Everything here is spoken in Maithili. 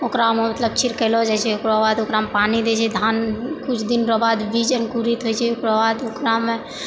ओकरामे मतलब छिरकैलऽ जाइ छै ओकराबाद ओकरामे पानी दै छै धान कुछ दिन रऽ बाद बीज अङ्कुरित होइ छै ओकरबाद ओकरामे